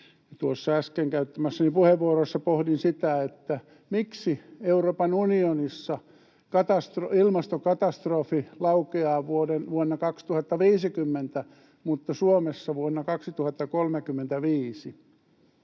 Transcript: Tuossa äsken käyttämässäni puheenvuorossa pohdin sitä, miksi Euroopan unionissa ilmastokatastrofi laukeaa vuonna 2050 mutta Suomessa vuonna 2035,